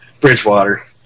Bridgewater